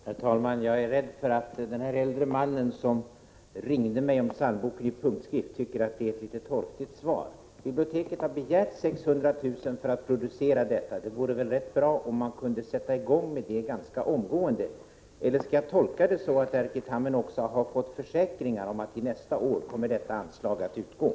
Herr talman! Jag är rädd att den äldre mannen som ringde mig om psalmboken i punktskrift tycker att det är ett litet torftigt svar. Biblioteket har begärt 600 000 kr. för att publicera boken. Det vore bra om biblioteket kunde sätta i gång med det ganska omgående. Eller skall jag tolka det hela så, att Erkki Tammenoksa har fått försäkringar om att detta anslag kommer att utgå till nästa år?